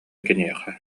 киниэхэ